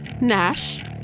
Nash